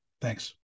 Thanks